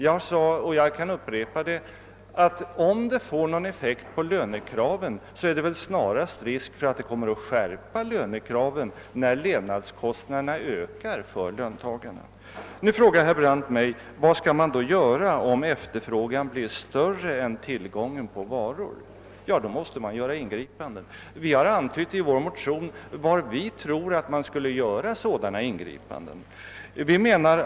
Jag sade tidigare och kan upprepa det, att om höjningarna får någon effekt på lönekraven är väl risken snarast att dessa kommer att skärpas när levnadskostnaderna ökar för löntagarna. Nu frågar herr Brandt mig, vad man då gör om efterfrågan på varor blir större än tillgången. Ja, då måste man göra ingripanden. Vi har i vår motion angett var vi tror att sådana ingripanden bör göras.